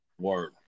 Word